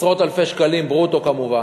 עשרות-אלפי שקלים, ברוטו כמובן,